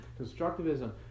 constructivism